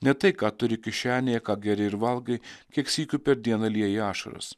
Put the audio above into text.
ne tai ką turi kišenėje ką geri ir valgai kiek sykių per dieną lieji ašaras